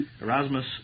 Erasmus